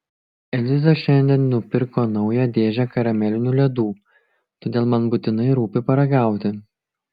eliza šiandien nupirko naują dėžę karamelinių ledų todėl man būtinai rūpi paragauti